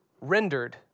rendered